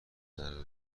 نذر